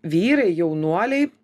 vyrai jaunuoliai